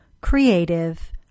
creative